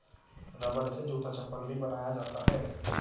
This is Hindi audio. रबड़ से जूता चप्पल भी बनाया जाता है